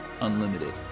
unlimited